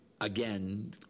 Again